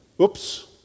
Oops